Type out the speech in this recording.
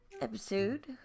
episode